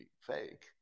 fake